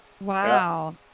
Wow